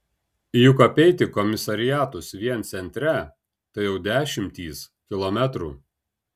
juk apeiti komisariatus vien centre tai jau dešimtys kilometrų